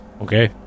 Okay